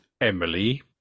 Emily